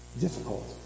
Difficult